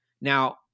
Now